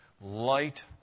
light